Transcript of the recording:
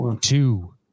two